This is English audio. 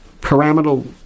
pyramidal